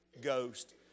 Ghost